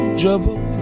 trouble